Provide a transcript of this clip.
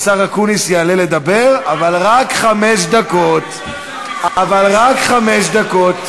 השר אקוניס יעלה לדבר, אבל רק חמש דקות.